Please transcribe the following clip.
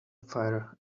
fire